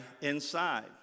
inside